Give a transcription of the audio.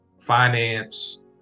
finance